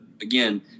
again